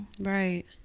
right